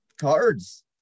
cards